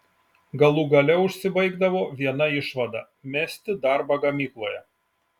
galų gale užsibaigdavo viena išvada mesti darbą gamykloje